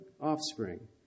offspring